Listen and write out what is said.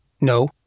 No